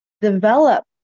develop